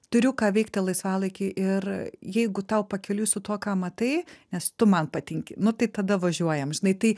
turiu ką veikti laisvalaikį ir jeigu tau pakeliui su tuo ką matai nes tu man patinki nu tai tada važiuojam žinai tai